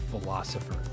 philosopher